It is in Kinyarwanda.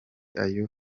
ayo